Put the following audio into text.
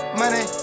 money